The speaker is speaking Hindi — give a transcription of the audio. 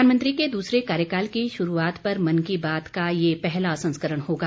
प्रधानमंत्री के दूसरे कार्यकाल की शुरूआत पर मन की बात का यह पहला संस्करण होगा